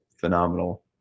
phenomenal